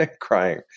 crying